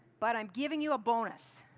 but i'm giving you a bonus.